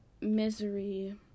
Misery